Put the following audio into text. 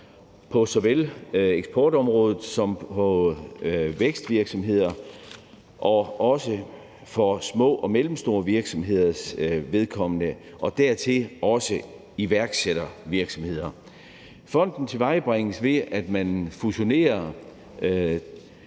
på såvel eksportområdet som i vækstvirksomheder, og det gælder også for små og mellemstore virksomheders vedkommende samt iværksættervirksomheder. Fonden tilvejebringes ved, at man fusionerer